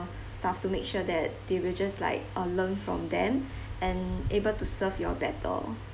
staff to make sure that they will just like uh learn from them and able to serve you all better